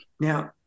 Now